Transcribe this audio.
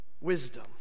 Wisdom